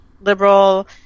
liberal